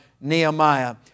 Nehemiah